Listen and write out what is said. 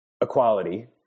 equality